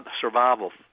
survival